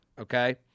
okay